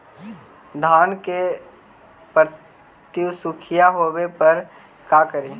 धान मे पत्सुखीया होबे पर का करि?